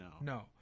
no